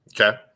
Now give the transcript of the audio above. Okay